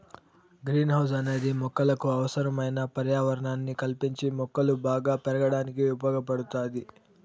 green house అనేది మొక్కలకు అవసరమైన పర్యావరణాన్ని కల్పించి మొక్కలు బాగా పెరగడానికి ఉపయోగ పడుతాది